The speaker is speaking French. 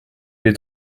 l’ai